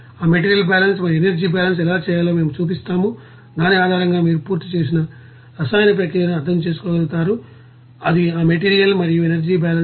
ఆ material balance మరియు energy balance ఎలా చేయాలో మేము చూపిస్తాము దాని ఆధారంగా మీరు పూర్తి రసాయన ప్రక్రియను అర్థం చేసుకోగలుగుతారు అది మెటీరియల్ మరియు ఎనర్జీ బ్యాలెన్స్